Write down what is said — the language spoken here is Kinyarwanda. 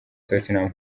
tottenham